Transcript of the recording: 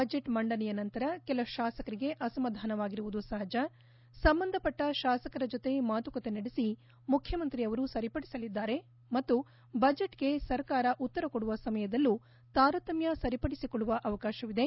budget ಮಂಡನೆಯ ನಂತರ ಕೆಲ ಶಾಸಕರಿಗೆ ಅಸಮಾಧಾನವಾಗಿರುವುದು ಸಹಜ ಸಂಬಂಧಪಟ್ಟ ಶಾಸಕರ ಜೊತೆ ಮಾತುಕತೆ ನಡೆಸಿ ಮುಖ್ಯಮಂತ್ರಿ ಅವರು ಸರಿಪಡಿಸಲಿದ್ದಾರೆ ಮತ್ತು ಬಜೆಟ್ಗೆ ಸರ್ಕಾರ ಉತ್ತರ ಕೊಡುವ ಸಮಯದಲ್ಲೂ ತಾರತಮ್ಯ ಸರಿಪಡಿಸಿಕೊಳ್ಳವ ಅವಕಾಶವಿದೆ